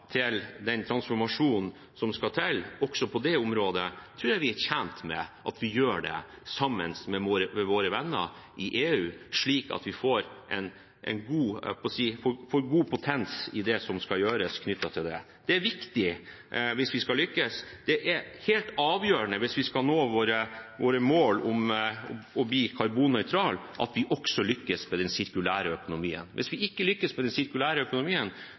til den transformasjonen som skal til også på dette området, tror jeg vi er tjent med at vi gjør det sammen med våre venner i EU, slik at vi får god potens – hadde jeg nær sagt – i det som skal gjøres knyttet til det. Det er viktig hvis vi skal lykkes, det er helt avgjørende hvis vi skal nå våre mål om å bli karbonnøytrale, at vi også lykkes med den sirkulære økonomien. Hvis vi ikke lykkes med den sirkulære økonomien,